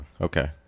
Okay